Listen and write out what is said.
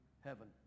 heaven